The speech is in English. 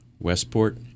Westport